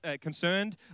concerned